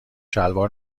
شلوار